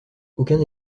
aucun